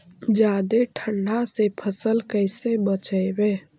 जादे ठंडा से फसल कैसे बचइबै?